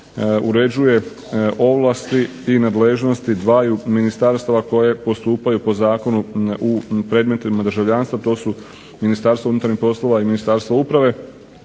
uređuje ovlasti i nadležnosti dvaju ministarstava koje postupaju po zakonu predmetima državljanstva, to su Ministarstvo unutarnjih poslova i Ministarstvo uprave